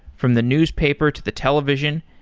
from the newspaper to the television,